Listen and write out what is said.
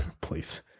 Please